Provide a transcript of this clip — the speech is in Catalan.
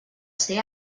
ser